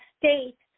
state